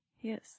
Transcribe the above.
Yes